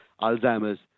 Alzheimer's